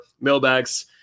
mailbags